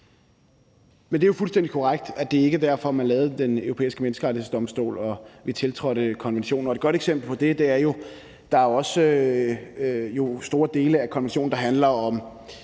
(V): Det er jo fuldstændig korrekt, at det ikke er derfor, at man lavede Den Europæiske Menneskerettighedsdomstol, og at vi tiltrådte konventionen. Et godt eksempel på det er jo, at der også er store dele af konventionen, der handler om